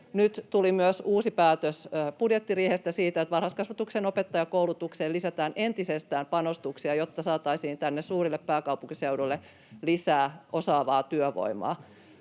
myös uusi päätös siitä, että varhaiskasvatuksen opettajakoulutukseen lisätään entisestään panostuksia, jotta saataisiin tänne pääkaupunkiseudulle lisää osaavaa työvoimaa.